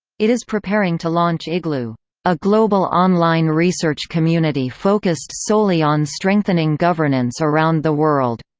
it is preparing to launch igloo a global online research community focused solely on strengthening governance around the world.